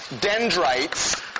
dendrites